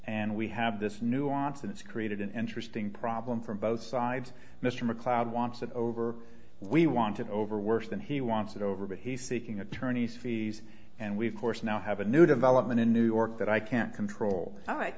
and we have this nuance and it's created an interesting problem from both sides mr macleod wants it over we want it over worse than he wants it over but he's seeking attorneys fees and we've course now have a new development in new york that i can't control